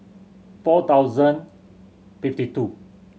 four thousand fifty two